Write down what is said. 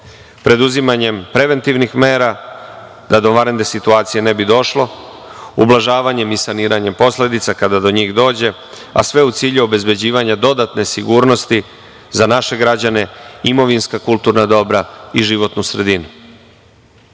preduzimanjem preventivnih mera da do vanredne situacije ne bi došlo, ublažavanjem i saniranjem posledica kada do njih dođe, a sve u cilju obezbeđivanja dodatne sigurnosti za naše građane, imovinska kulturna dobra i životnu